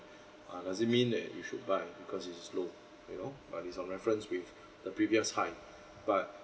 uh does it mean that you should buy because it is low you know but is on reference with the previous high but